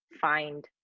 find